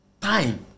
Time